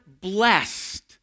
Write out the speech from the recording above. blessed